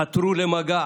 חתרו למגע